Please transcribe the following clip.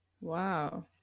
Wow